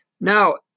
Now